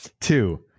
Two